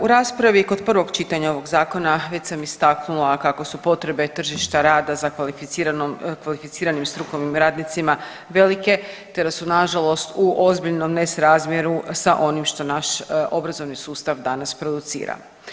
U raspravi kod prvog čitanja ovog Zakona već sam istaknula kako su potrebe tržišta rada za kvalificiranim strukovnim radnicima velike te da su nažalost u ozbiljnom nesrazmjeru sa onim što naš obrazovni sustav danas producira.